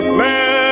man